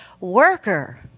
worker